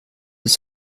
des